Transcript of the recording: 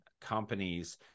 companies